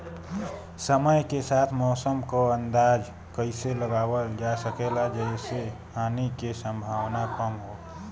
समय के साथ मौसम क अंदाजा कइसे लगावल जा सकेला जेसे हानि के सम्भावना कम हो?